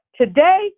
Today